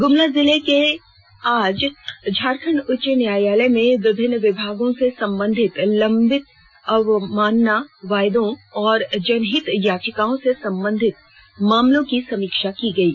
गुमला जिले के आज झारखंड उच्च न्यायालय में विभिन्न विभागों से संबंधित लंबित अवमानना वादों और जनहित याचिकाओं से सम्बंधित मामलों की समीक्षा की गयी